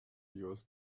viewers